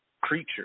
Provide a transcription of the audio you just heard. creature